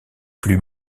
plus